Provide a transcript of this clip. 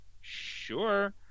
Sure